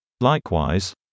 Likewise